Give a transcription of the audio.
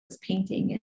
painting